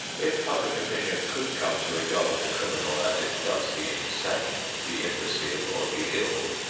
if public opinion could come to regard the criminal as it does the insane, the imbecile, or the ill,